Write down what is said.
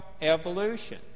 evolution